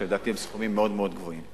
שלדעתי הם סכומים מאוד מאוד גבוהים.